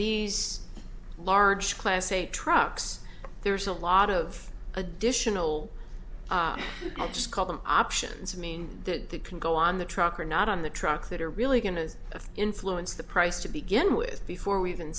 these large class a trucks there's a lot of additional i'll just call them options i mean that they can go on the truck or not on the truck that are really going to influence the price to begin with before we even